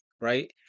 right